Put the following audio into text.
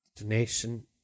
donation